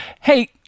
Hey